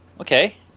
okay